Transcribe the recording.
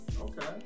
Okay